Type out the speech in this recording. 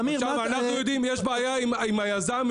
אנחנו יודעים שיש בעיה עם היזם,